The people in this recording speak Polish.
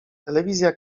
telewizja